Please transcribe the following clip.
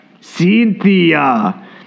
Cynthia